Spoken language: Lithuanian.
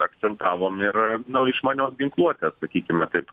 akcentavom ir na išmanios ginkluotės sakykime taip